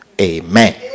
Amen